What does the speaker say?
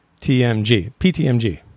PTMG